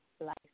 life